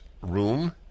room